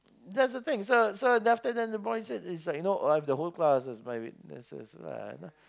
that's the thing so so then after then the boy said it's like you know oh I have the whole class as my witnesses lah you know